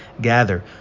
gather